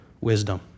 wisdom